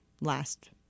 last